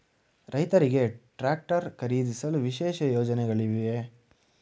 ರೈತರಿಗೆ ಟ್ರಾಕ್ಟರ್ ಖರೀದಿಸಲು ವಿಶೇಷ ಯೋಜನೆಗಳಿವೆಯೇ?